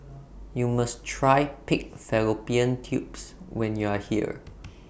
YOU must Try Pig Fallopian Tubes when YOU Are here